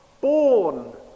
born